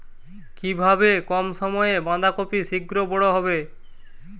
কিভাবে কম সময়ে বাঁধাকপি শিঘ্র বড় হবে?